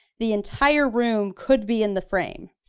the entire room could be in the frame.